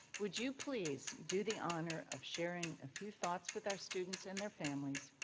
would you please do the honor of sharing a few thoughts with our students and their families,